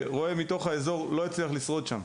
שרועה מתוך האזור לא יצליח לשרוד שם,